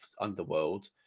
Underworld